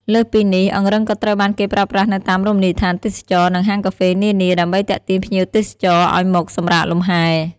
លើសពីនេះ អង្រឹងក៏ត្រូវបានគេប្រើប្រាស់នៅតាមរមណីយដ្ឋានទេសចរណ៍ និងហាងកាហ្វេនានា ដើម្បីទាក់ទាញភ្ញៀវទេសចរឱ្យមកសម្រាកលំហែ។